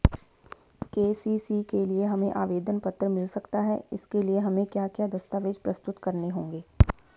KCC के लिए हमें आवेदन पत्र मिल सकता है इसके लिए हमें क्या क्या दस्तावेज़ प्रस्तुत करने होंगे?